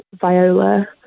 Viola